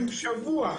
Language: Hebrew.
הן שבוע.